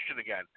again